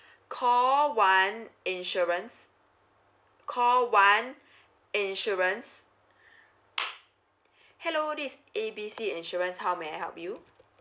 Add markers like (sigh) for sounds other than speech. call one insurance call one insurance (noise) hello this is A B C insurance how may I help you